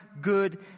good